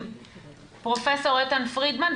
פרופ' איתן פרידמן,